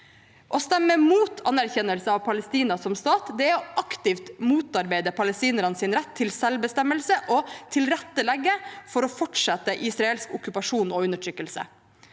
Å stemme mot anerkjennelse av Palestina som stat er å aktivt motarbeide palestinernes rett til selvbestemmelse og å tilrettelegge for å fortsette israelsk okkupasjon og undertrykkelse.